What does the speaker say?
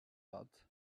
out